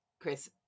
Chris